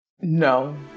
No